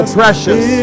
precious